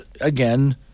again